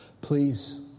Please